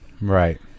right